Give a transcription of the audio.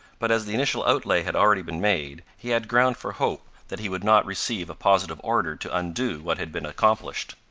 but as the initial outlay had already been made, he had ground for hope that he would not receive a positive order to undo what had been accomplished.